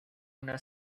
una